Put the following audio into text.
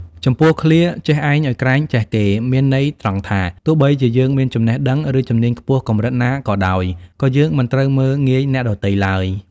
ចំពោះឃ្លា "ចេះឯងឲ្យក្រែងចេះគេ" មានន័យត្រង់ថា ទោះបីជាយើងមានចំណេះដឹង ឬជំនាញខ្ពស់កម្រិតណាក៏ដោយ ក៏យើងមិនត្រូវមើលងាយអ្នកដទៃឡើយ។